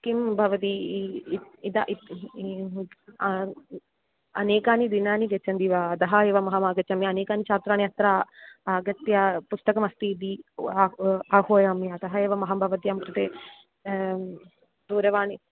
किं भवती इदं अनेकानि दिनानि गच्छन्ति वा अतः एवम् अहमागच्छामि अनेकानि छात्राणि अत्र आगत्य पुस्तकमस्ति इति अहं आह्वयामि अतः एवमहं भवत्याः कृते दूरवाणी